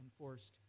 enforced